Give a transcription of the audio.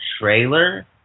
trailer